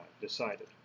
decided